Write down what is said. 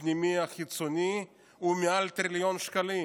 הפנימי-החיצוני של מדינת ישראל הוא מעל טריליון שקלים